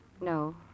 No